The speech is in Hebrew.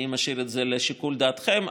אני משאיר את זה לשיקול דעתכם.